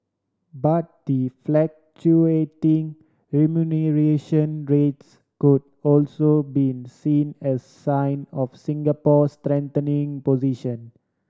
but the fluctuating remuneration rates could also been seen as sign of Singapore's strengthening position